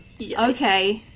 the ok